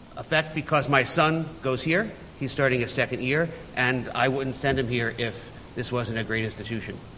effect, because my son goes here. he's starting his second year, and i wouldn't send him here if this wasn't a great institution.